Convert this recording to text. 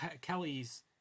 Kelly's